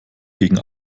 gegen